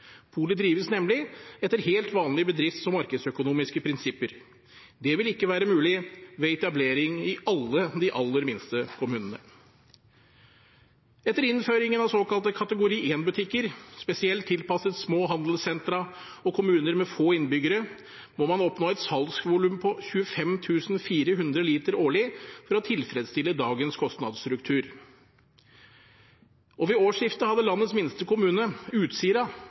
Polet drives nemlig etter helt vanlige bedrifts- og markedsøkonomiske prinsipper. Det vil ikke være mulig ved etablering i alle de aller minste kommunene. Etter innføringen av såkalt kategori 1-butikker, spesielt tilpasset små handelssentre og kommuner med få innbyggere, må man oppnå et salgsvolum på 25 400 liter årlig for å tilfredsstille dagens kostnadsstruktur. Ved årsskiftet hadde landets minste kommune, Utsira,